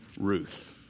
Ruth